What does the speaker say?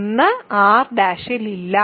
ഒന്ന് R' ഇൽ ഇല്ല